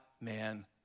man